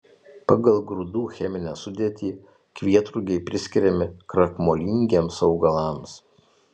pagal grūdų cheminę sudėtį kvietrugiai priskiriami krakmolingiems augalams